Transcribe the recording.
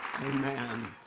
Amen